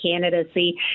candidacy